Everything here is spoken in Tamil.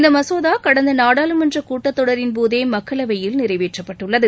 இந்த மசோதா கடந்த நாடாளுமன்ற கூட்டத் தொடரின் போதே மக்களவையில் நிறைவேற்றப்பட்டுள்ளது